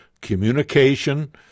communication